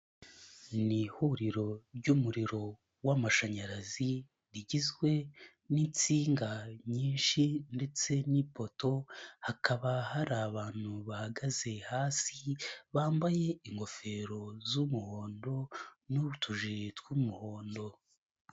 Ni ihuriro ry'umuriro w'amashanyarazi rigizwe n'insinga nyinshi ndetse n'ipoto. Hakaba hari abantu bahagaze hasi. Bambaye ingofero z'umuhondo n'utujiri tw'umuhondo.